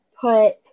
put